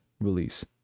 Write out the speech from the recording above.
release